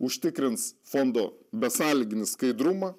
užtikrins fondo besąlyginį skaidrumą